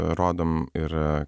rodom ir